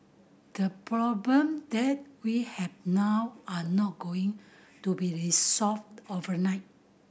the problem that we have now are not going to be resolved overnight